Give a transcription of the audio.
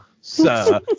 sir